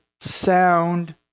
sound